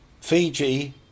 Fiji